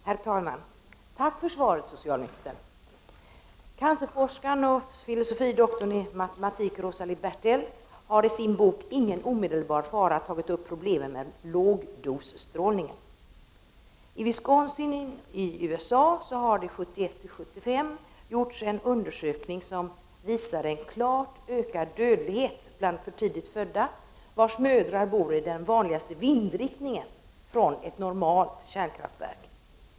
Herr talman! Tack för svaret, socialministern! Cancerforskaren och filosofie doktorn i matematik Rosalie Bertell har i sin bok Ingen omedelbar fara tagit upp problemen med lågdosstrålningen. I Wisconsin i USA gjordes det 1971-1975 en undersökning som visade en klart ökad dödlighet bland för tidigt födda vilkas mödrar bodde i den vanligaste vindriktningen från ett normalt kärnkraftverk.